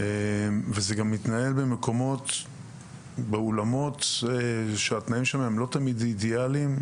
וזה גם מתקיים באולמות שהתנאים שלהם לא תמיד אידיאלים,